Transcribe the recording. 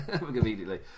immediately